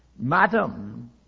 Madam